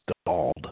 stalled